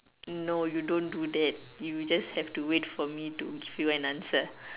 no you don't do that you just have to wait for me to give you an answer